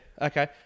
okay